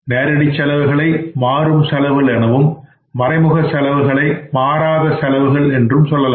நேரடி செலவுகளை மாறும் செலவுகள் எனவும் மறைமுக செலவுகளை மாறாத செலவும் என்று சொல்லலாம்